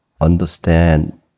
understand